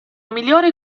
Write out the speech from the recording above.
migliore